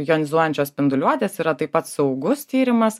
jonizuojančios spinduliuotės yra taip pat saugus tyrimas